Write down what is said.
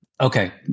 Okay